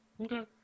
Okay